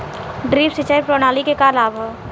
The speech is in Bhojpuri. ड्रिप सिंचाई प्रणाली के का लाभ ह?